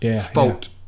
fault